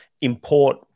import